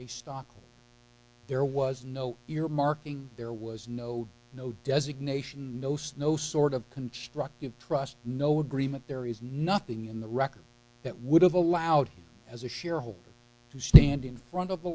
a stock there was no earmarking there was no no designation no snow sort of constructive trust no agreement there is nothing in the record that would have allowed as a shareholder to stand in front of a